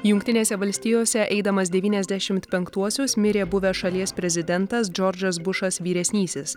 jungtinėse valstijose eidamas devyniasdešimt penktuosius mirė buvęs šalies prezidentas džordžas bušas vyresnysis